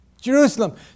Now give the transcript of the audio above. Jerusalem